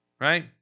right